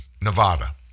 Nevada